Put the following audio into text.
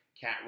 cat